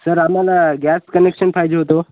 sir आम्हाला gas connection पाहिजे होतं